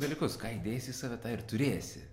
dalykus ką įdėsi į save tą ir turėsi